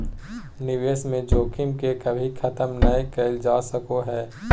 निवेश में जोखिम के कभी खत्म नय कइल जा सको हइ